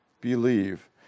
believe